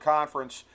Conference